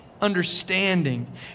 understanding